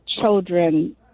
children